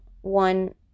One